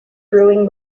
brewing